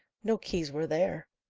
no keys were there.